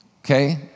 Okay